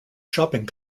shopping